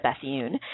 Bethune